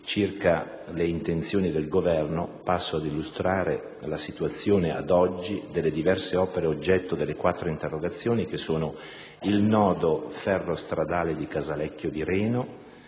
circa le intenzioni del Governo, passo ad illustrare la situazione, ad oggi, delle diverse opere oggetto delle quattro interrogazioni: il nodo ferro-stradale di Casalecchio di Reno,